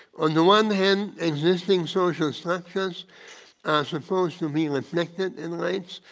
on the one hand existing social structures are supposed to be reflected in rites,